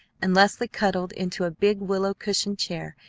and leslie cuddled into a big willow cushioned chair,